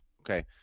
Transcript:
Okay